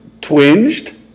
twinged